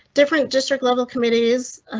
different district level committees.